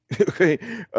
Okay